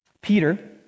Peter